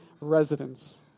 residents